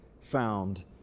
found